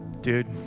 Dude